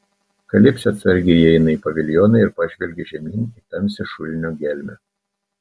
kalipsė atsargiai įeina į paviljoną ir pažvelgia žemyn į tamsią šulinio gelmę